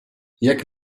jak